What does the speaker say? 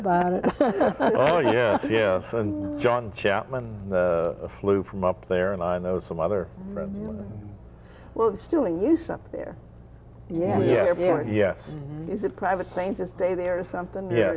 about it oh yeah yeah john chapman flew from up there and i know some other well still in use up there yeah yeah yeah yes is it private same to stay there or something yeah